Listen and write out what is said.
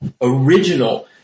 original